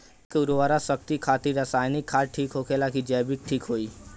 खेत के उरवरा शक्ति खातिर रसायानिक खाद ठीक होला कि जैविक़ ठीक होई?